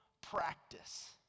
practice